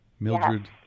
Mildred